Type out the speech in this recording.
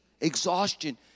exhaustion